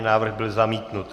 Návrh byl zamítnut.